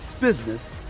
business